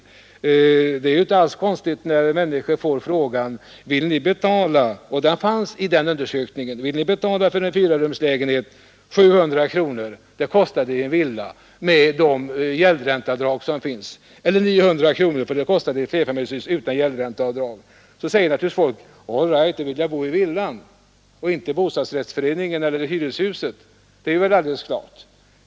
I den undersökningen ställdes frågan: Vill ni för en fyrarumslägenhet betala 700 kronor, som det kostar i en villa med de gäldränteavdrag som får göras, eller 900 kronor som det kostar i flerfamiljshus utan gäldränteavdrag? Då svarar naturligtvis de tillfrågade: All right, då vill jag bo i villa, inte i bostadsrättslägenhet eller i hyreshuset. Det är ju alldeles klart.